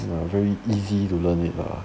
uh very easy to learn it lah